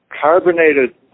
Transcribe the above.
carbonated